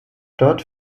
dort